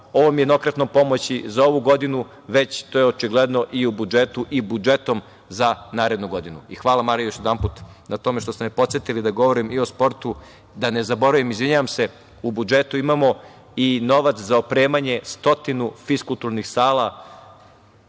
ovom jednokratnom pomoći za ovu godinu, već to je očigledno i budžetom za narednu godinu. Hvala Marija još jednom što ste me podsetili da govorim i o sportu. Da ne zaboravim, u budžetu imamo i novac za opremanje stotinu fiskulturnih sala